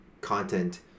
content